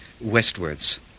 westwards